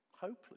Hopeless